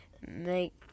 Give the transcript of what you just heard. make